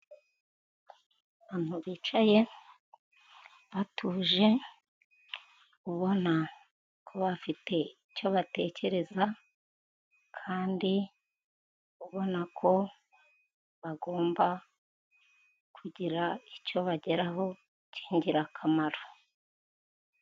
Abantu bicaye batuje ubona ko bafite icyo batekereza kandi ubona ko bagomba kugira icyo bageraho cy'ingirakamaro.